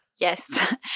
Yes